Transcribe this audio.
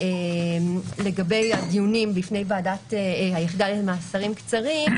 לגבי הדיונים בפני ועדת היחידה למאסרים קצרים,